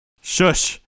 shush